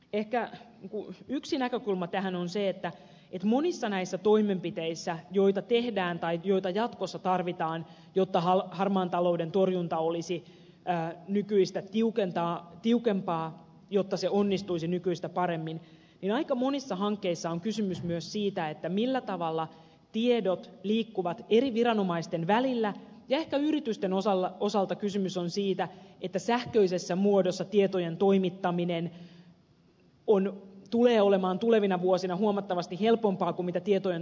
ehkä yksi näkökulma tähän on se että monissa näissä toimenpiteissä joita tehdään tai joita jatkossa tarvitaan jotta harmaan talouden torjunta olisi nykyistä tiukempaa jotta se onnistuisi nykyistä paremmin aika monissa hankkeissa on kysymys myös siitä millä tavalla tiedot liikkuvat eri viranomaisten välillä ja ehkä yritysten osalta kysymys on siitä että sähköisessä muodossa tietojen toimittaminen tulee olemaan tulevina vuosina huomattavasti helpompaa kuin tietojen toimittaminen on nyt